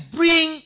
bring